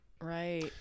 right